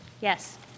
Yes